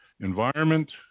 Environment